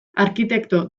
arkitekto